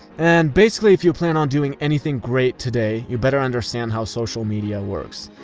and basically, if you plan on doing anything great today, you better understand how social media works.